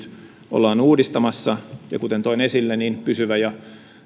ollaan uudistamassa kuten toin esille pysyvä ja